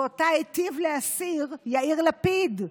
ואותה היטיב להסיר יאיר לפיד,